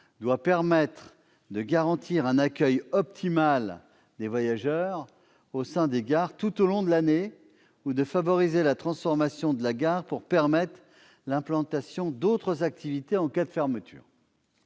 gares permette de garantir un accueil optimal des voyageurs au sein des gares tout au long de l'année ou de favoriser la transformation des gares pour y permettre l'implantation d'autres activités en cas de fermeture.